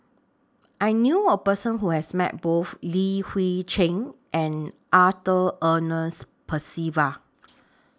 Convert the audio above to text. I knew A Person Who has Met Both Li Hui Cheng and Arthur Ernest Percival